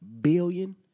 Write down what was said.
billion